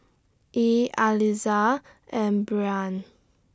Yee Aliza and Breann